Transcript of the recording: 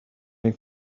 ray